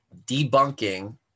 debunking